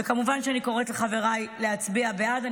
וכמובן שאני קוראת לחבריי להצביע בעד.